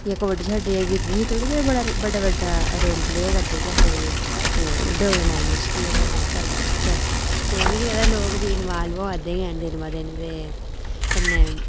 जि'यां कुड्ड एह्बी बड़ा बड्डा रोल प्ले करदे केह् आखदे डोगरी लैंग्वेज गी ओह् करने आस्तै ते मिगी लगदा कि लोग बी इनवाल्व होआ दे गै न दिन ब दिन ते कन्नै